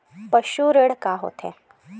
पशु ऋण का होथे?